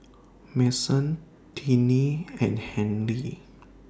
Mason Tinie and Henri